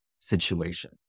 situation